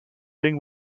ring